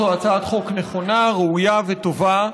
זו הצעת חוק נכונה, ראויה וטובה,